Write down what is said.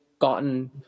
gotten